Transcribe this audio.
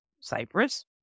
Cyprus